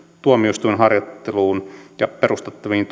tuomioistuinharjoitteluun ja perustettaviin